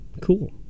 Cool